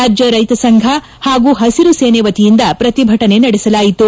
ರಾಜ್ಯ ರೈತ ಸಂಘ ಹಾಗೂ ಪಸಿರು ಸೇನೆ ವತಿಯಿಂದ ಪ್ರತಿಭಟನೆ ನಡೆಸಲಾಯಿತು